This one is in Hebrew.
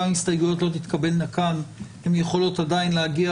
גם אם ההסתייגויות לא תתקבלנה כאן הן יכולות עדיין להגיע